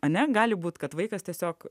ane gali būt kad vaikas tiesiog